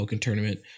tournament